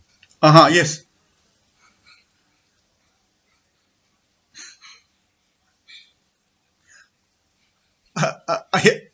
(uh huh) yes uh !huh!